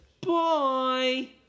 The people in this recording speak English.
Bye